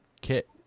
kit